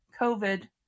COVID